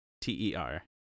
T-E-R